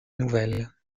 nouvelles